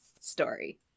story